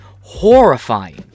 horrifying